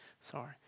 sorry